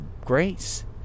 Grace